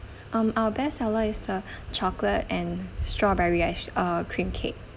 um our best seller is the chocolate and strawberry ice~ uh cream cake